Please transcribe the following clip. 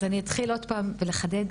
אז אני אתחיל עוד פעם ואחדד.